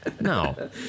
No